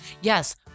Yes